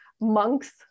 monks